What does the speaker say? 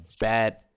bad